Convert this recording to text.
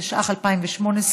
התשע"ח 2018,